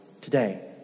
today